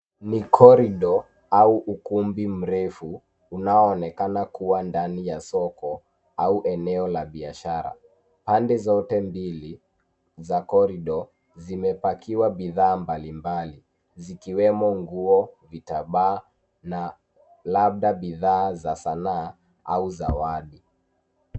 Ni corridor au ukumbi mrefu unaoonekana kuwa ndani ya soko au eneo la biashara. Pande zote mbili za corridor zimepakiwa bidhaa mbalimbali zikiwemo nguo, vitambaa na labda bidhaa za sanaa au zawadi.